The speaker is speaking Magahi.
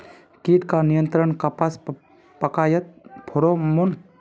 कीट का नियंत्रण कपास पयाकत फेरोमोन?